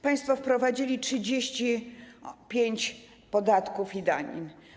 Państwo wprowadziliście 35 podatków i danin.